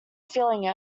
filling